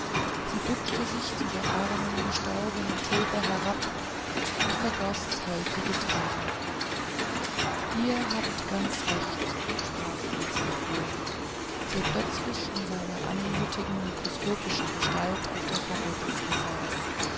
sie bückte sich zu der armen gestorbenen tulpe herab und vergoß häufige tränen ihr habt ganz recht sprach meister floh der plötzlich in seiner anmutigen mikroskopischen gestalt auf der fackeldistel saß